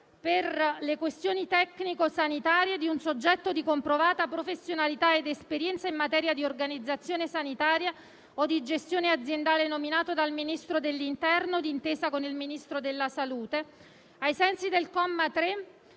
per le questioni tecnico-sanitarie, di un soggetto di comprovata professionalità ed esperienza in materia di organizzazione sanitaria o di gestione aziendale, nominato dal Ministro dell'interno d'intesa con il Ministro della salute. Ai sensi del comma 3,